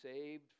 saved